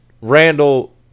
Randall